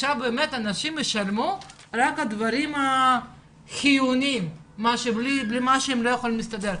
אנשים ישלמו רק על הדברים החיוניים שהם לא יכולים להסתדר בלעדיהם.